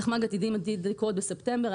תחמ"ג עתידים עתיד לקרות בספטמבר,